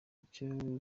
icyo